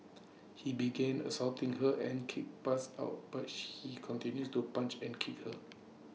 he began assaulting her and keep passed out but she he continues to punch and kick her